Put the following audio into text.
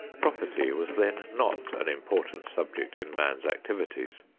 property was then not an important subject in man's activities.